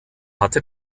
hatte